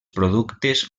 productes